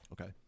Okay